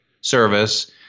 service